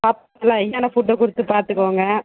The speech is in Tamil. பாப் நல்லா ஹெல்த்தியான ஃபுட்டா கொடுத்து பார்த்துக்கோங்க